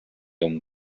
and